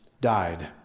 died